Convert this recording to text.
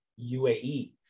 UAE